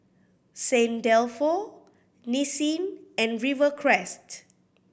Saint Dalfour Nissin and Rivercrest